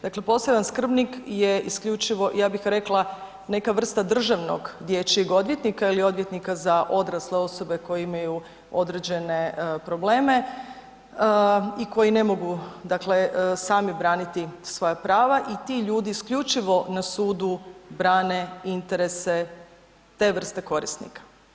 Dakle, poseban skrbnik je isključivo, ja bih rekla, neka vrsta državnog dječjeg odvjetnika ili odvjetnika za odrasle osobe koje imaju određene probleme i koji ne mogu dakle sami braniti svoja prava i tu ljudi isključivo na sudu brane interese te vrste korisnika.